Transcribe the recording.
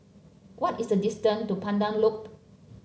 what is the distance to Pandan Loop